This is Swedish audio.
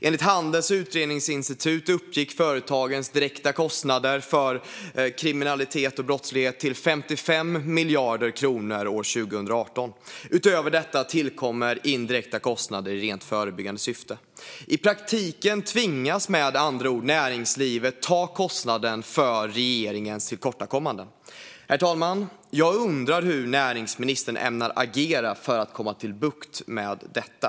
Enligt Handelns Utredningsinstitut uppgick företagens direkta kostnader för kriminalitet och brottslighet till 55 miljarder kronor år 2018. Utöver detta tillkommer indirekta kostnader i rent förebyggande syfte. I praktiken tvingas med andra ord näringslivet ta kostnaden för regeringens tillkortakommanden. Herr talman! Jag undrar hur näringsministern ämnar agera för att komma till rätta med detta.